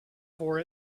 for